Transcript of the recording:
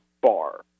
bar